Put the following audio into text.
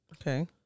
Okay